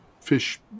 fish